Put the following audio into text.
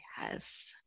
Yes